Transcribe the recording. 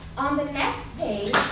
on the next page,